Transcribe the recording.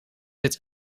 dit